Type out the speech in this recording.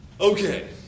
Okay